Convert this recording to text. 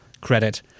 credit